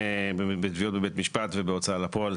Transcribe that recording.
בתביעות בבית משפט ובהוצאה לפועל,